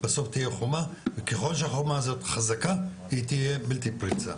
בסוף תהיה חומר וככול שהחומה הזאת חזקה היא תהיה בלתי פריצה,